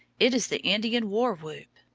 it is the indian war-whoop.